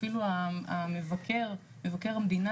אפילו מבקר המדינה,